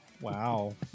Wow